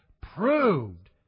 proved